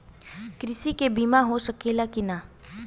कृषि के बिमा हो सकला की ना?